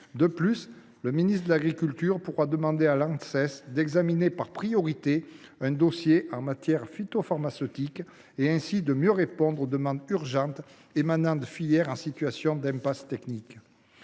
De plus, le ministre de l’agriculture pourra demander à l’Anses d’examiner par priorité un dossier en matière phytopharmaceutique, afin de mieux répondre aux demandes urgentes émanant de filières se trouvant dans une impasse technique.